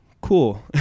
cool